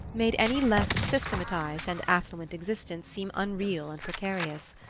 made any less systematised and affluent existence seem unreal and precarious.